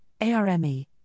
ARME